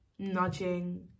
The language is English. nudging